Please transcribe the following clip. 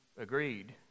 agreed